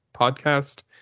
podcast